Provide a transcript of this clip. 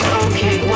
okay